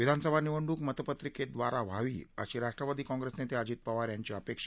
विधानसभा निवडणूक मतपत्रिकेद्वारे व्हावी अशी राष्ट्रवादी काँग्रेस नेते अजित पवार यांची अपेक्षा